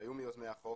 שהיו מיוזמי החוק